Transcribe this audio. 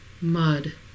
Mud